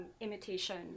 imitation